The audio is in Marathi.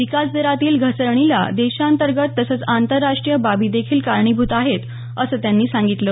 विकास दरातील घसरणीला देशांतर्गत तसंच आंतरराष्ट्रीय बाबीदेखील कारणीभूत आहेत असं त्यांनी सांगितलं